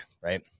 right